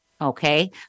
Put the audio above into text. Okay